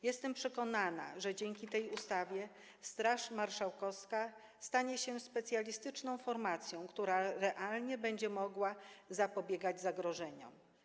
Jestem przekonana, że dzięki tej ustawie Straż Marszałkowska stanie się specjalistyczną formacją, która realnie będzie mogła zapobiegać zagrożeniom.